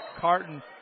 Carton